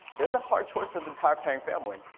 it was a hard choice for the entire pang family.